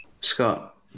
Scott